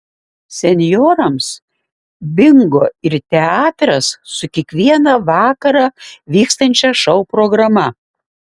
senjorams bingo ir teatras su kiekvieną vakarą vykstančia šou programa